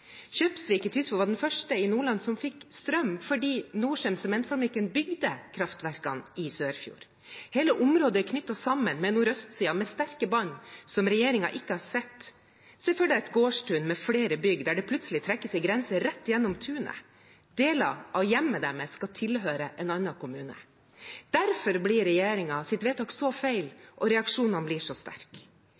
Kjøpsvik i Tysfjord var de første i Nordland som fikk strøm, fordi Norcem, sementfabrikken, bygde kraftverkene i Sørfjorden. Hele området er knyttet sammen med nordøstsiden, med sterke bånd, som regjeringen ikke har sett. Se for deg et gårdstun med flere bygg der det plutselig trekkes en grense rett gjennom tunet. Deler av hjemmet deres skal tilhøre en annen kommune. Derfor blir regjeringens vedtak så feil og reaksjonene så